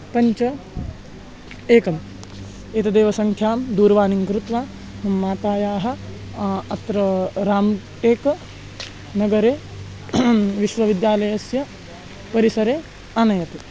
पञ्च एकम् एतदेव सङ्ख्यां दूरवाणीं कृत्वा मम माता अत्र राम् टेक् नगरे विश्वविद्यालयस्य परिसरे आनयतु